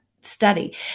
study